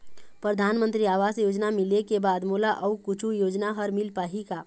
परधानमंतरी आवास योजना मिले के बाद मोला अऊ कुछू योजना हर मिल पाही का?